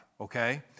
Okay